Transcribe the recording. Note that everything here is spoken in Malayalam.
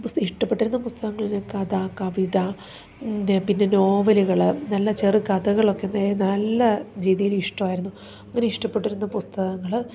പുസ്തകം ഇഷ്ടപ്പെട്ടിരുന്ന പുസ്തകങ്ങളിലെ കഥ കവിത പിന്നെ നോവലുകൾ നല്ല ചെറു കഥകളൊക്കെ നേ നല്ല രീതിയിൽ ഇഷ്ടമായിരുന്നു അങ്ങനെ ഇഷ്ടപ്പെട്ടിരുന്ന പുസ്തകങ്ങൾ